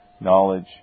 knowledge